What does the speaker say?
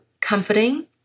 comforting